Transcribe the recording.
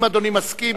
אם אדוני מסכים,